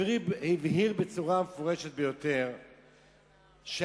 הוא הבהיר בצורה מפורשת ביותר שהמחוקק,